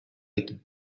with